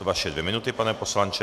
Vaše dvě minuty, pane poslanče.